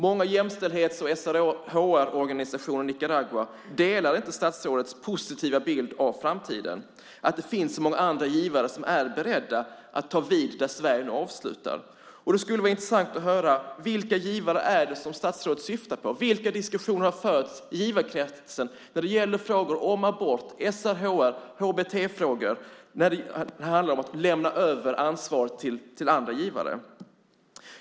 Många jämställdhets och SRHR-organisationer i Nicaragua delar inte statsrådets positiva bild av framtiden, att det finns så många andra givare som är beredda att ta vid där Sverige nu avslutar. Det skulle vara intressant att höra vilka givare statsrådet syftar på. Vilka diskussioner har förts i givarkretsen när det gäller frågor om abort, SRHR-frågor och HBT-frågor när det handlar om att lämna över ansvaret till andra givare?